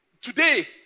Today